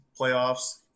playoffs